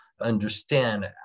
understand